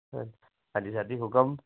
ਹਾਂਜੀ ਸਰ ਜੀ ਹੁਕਮ